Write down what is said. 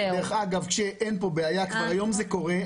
דרך אגב, אין כאן בעיה וכבר היום זה קורה.